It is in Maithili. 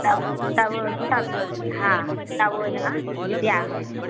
तब तब तब हँ तब ओहि दिना जीतिआ होइत छै